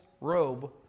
robe